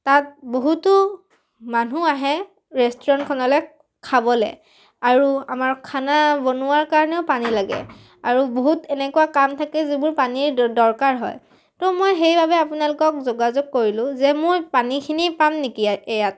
তাত বহুতো মানুহ আহে ৰেষ্টুৰেণ্টখনলৈ খাবলৈ আৰু আমাৰ খানা বনোৱাৰ কাৰণেও পানী লাগে আৰু বহুত এনেকুৱা কাম থাকে যিবোৰ পানীৰ দ দৰকাৰ হয় তো মই সেইবাবে আপোনালোকক যোগাযোগ কৰিলোঁ যে মই পানীখিনি পাম নেকি এয়াত